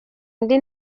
indi